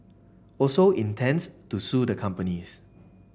also intends to sue the companies